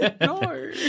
No